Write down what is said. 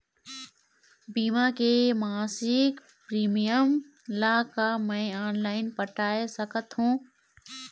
बीमा के मासिक प्रीमियम ला का मैं ऑनलाइन पटाए सकत हो?